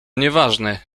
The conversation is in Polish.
nieważne